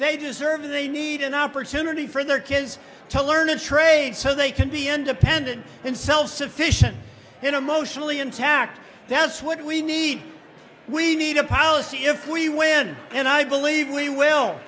they deserve they need an opportunity for their kids to learn a trade so they can be independent and self sufficient in emotionally intact that's what we need we need a policy if we win and i believe we will